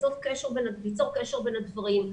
ליצור קשר בין הדברים,